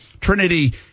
Trinity